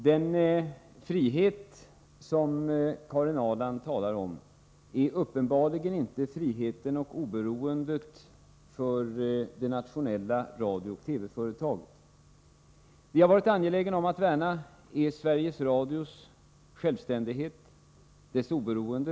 Herr talman! Den frihet som Karin Ahrland talar om är uppenbarligen inte friheten och oberoendet för det nationella radiooch TV-företaget. Vi har varit angelägna om att värna Sveriges Radios självständighet och dess oberoende.